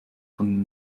von